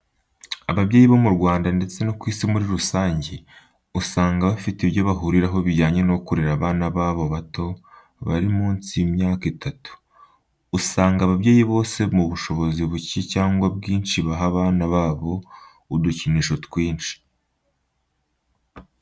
Ababyeyi bo mu Rwanda ndetse no ku isi muri rusange usanga bafite ibyo bahuriraho bijyanye no kurera abana babo bato bari munsi y'imyaka itatu. Usanga ababyeyi bose mu bushobozi buke cyangwa bwinshi baha abana babo udukinisho twinshi.